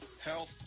health